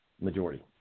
majority